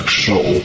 show